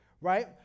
right